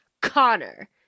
connor